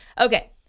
Okay